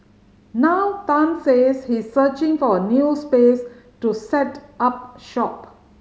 now Tan says he searching for a new space to set up shop